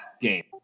game